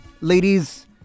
Ladies